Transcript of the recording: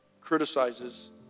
criticizes